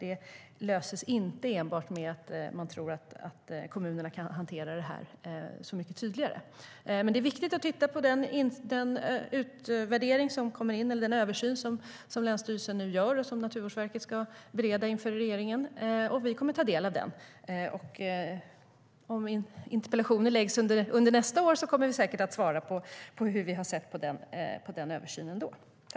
Det löses inte enbart med att man tror att kommunerna kan hantera det här så mycket tydligare.